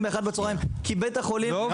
באחת בצוהריים כי בית החולים --- לא,